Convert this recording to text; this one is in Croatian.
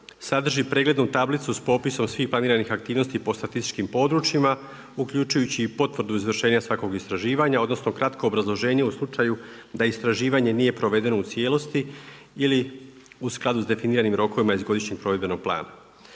sadrži preglednu tablicu s popisom svih planiranih aktivnosti po statističkim područjima uključujući i potvrdu izvršenja svakog istraživanja, odnosno kratko obrazloženje u slučaju da istraživanje nije provedeno u cijelosti ili u skladu s definiranim rokovima iz godišnjeg provedbenog plana.